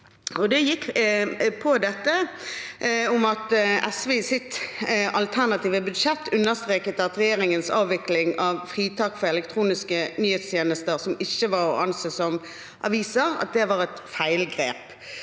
Det gikk på at SV i sitt alternative budsjett understreker at regjeringens avvikling av fritak for elektroniske nyhetstjenester som ikke var å anse som aviser, var et feilgrep.